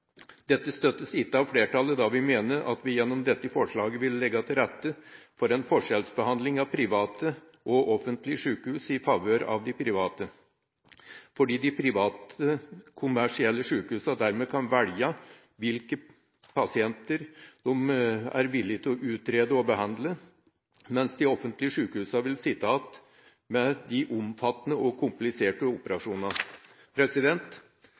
Dette støttes ikke av flertallet, da vi mener at man gjennom dette forslaget vil legge til rette for en forskjellsbehandling av private og offentlige sjukehus i favør av de private, fordi de private kommersielle sjukehusene dermed kan velge hvilke pasienter de er villig til å utrede og behandle, mens de offentlige sjukehusene vil sitte igjen med de omfattende og kompliserte